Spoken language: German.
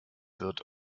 wird